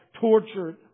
tortured